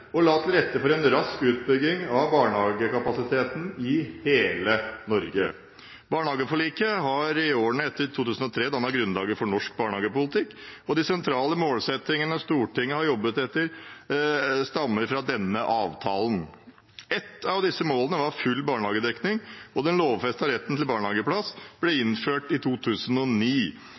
og offentlige tilbydere og la til rette for en rask utbygging av barnehagekapasiteten i hele Norge. Barnehageforliket har i årene etter 2003 dannet grunnlaget for norsk barnehagepolitikk, og de sentrale målsettingene Stortinget har jobbet etter, stammer fra denne avtalen. Et av disse målene var full barnehagedekning, og den lovfestede retten til barnehageplass ble innført i 2009.